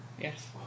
Yes